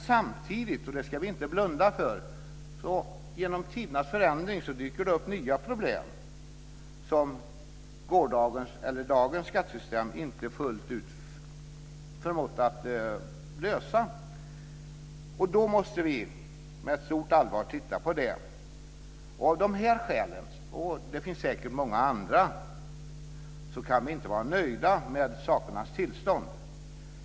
Samtidigt - och det ska vi inte blunda för - dyker det genom tidernas förändring upp nya problem som gårdagens eller dagens skattesystem inte fullt ut har förmått att lösa. Då måste vi med ett stort allvar titta på detta. Av dessa skäl - och det finns säkert många andra - kan vi inte vara nöjda med sakernas tillstånd.